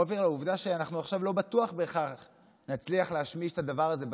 מהעובדה שעכשיו לא בטוח שנצליח להשמיש את הדבר הזה בזמן,